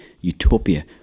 utopia